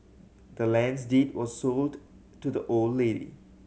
the land's deed was sold to the old lady